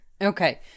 okay